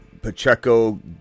Pacheco